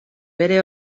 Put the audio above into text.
bere